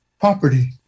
property